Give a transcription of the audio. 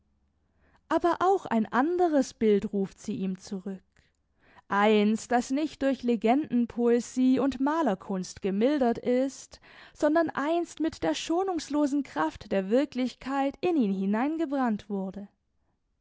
aber auch ein anderes bild ruft sie ihm zurück eins das nicht durch legendenpoesie und malerkunst gemildert ist sondern einst mit der schonungslosen kraft der wirklichkeit in ihn hineingebrannt wurde